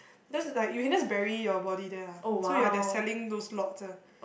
that's like you can just bury your body there lah so ya they're selling those lots ah